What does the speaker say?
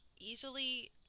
easily